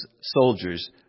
soldiers